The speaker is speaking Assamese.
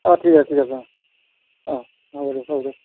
অ ঠিক আছে ঠিক আছে অ অ হ'ব দিয়ক হ'ব দিয়ক